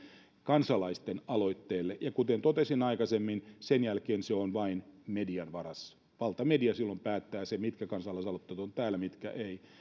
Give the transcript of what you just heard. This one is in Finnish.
kansalaisten aloitteelle ja kuten totesin aikaisemmin sen jälkeen se on vain median varassa valtamedia silloin päättää sen mitkä kansalaisaloitteet ovat täällä mitkä eivät